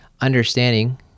understanding